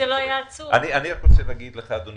אדוני